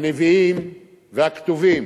הנביאים והכתובים,